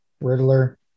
Riddler